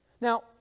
Now